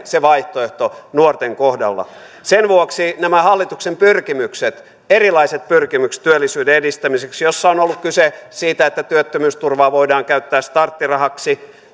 se vaihtoehto nuorten kohdalla sen vuoksi ovat nämä hallituksen erilaiset pyrkimykset työllisyyden edistämiseksi joissa on ollut kyse siitä että työttömyysturvaa voidaan käyttää starttirahaksi